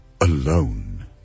alone